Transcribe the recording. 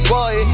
Boy